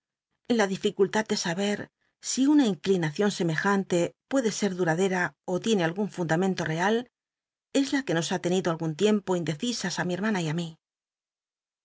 la dificultad de saber si una inclinacion semejante puede ser duradera ó tiene algun fundamento real es la que nos ha tenido algun tiempo indecisas í mi hermana y ü mí